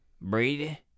Brady